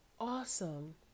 awesome